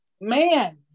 Man